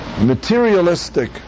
materialistic